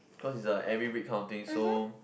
cause it's a every week kind of thing so